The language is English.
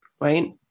right